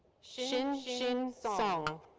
xinxin xinxin song.